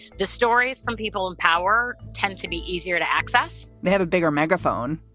the stories from people in power tend to be easier to access. they have a bigger megaphone.